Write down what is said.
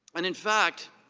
and in fact,